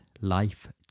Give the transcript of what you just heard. Life